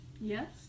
Yes